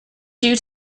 due